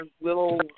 little